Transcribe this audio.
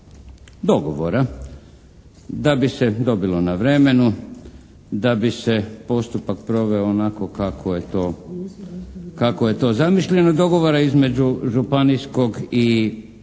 dogovora, da bi se dobilo na vremenu, da bi se postupak proveo onako kako je to zamišljeno. Dogovora između županijskog i